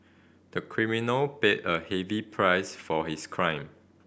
the criminal paid a heavy price for his crime